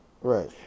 right